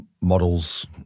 models